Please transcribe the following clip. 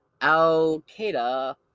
Al-Qaeda